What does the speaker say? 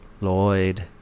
Lloyd